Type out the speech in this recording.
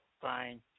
fine